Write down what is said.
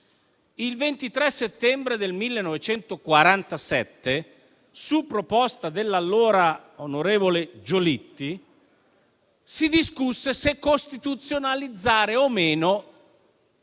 Il 23 settembre 1947, su proposta dell'allora onorevole Giolitti, si discusse se costituzionalizzare o no